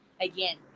again